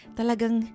talagang